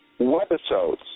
webisodes